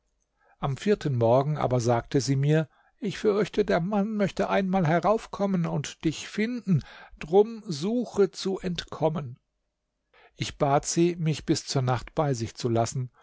am vierten morgen aber sagte sie mir ich fürchte der mann möchte einmal heraufkommen und dich finden drum suche zu entkommen ich bat sie mich bis zur nacht bei sich zu lassen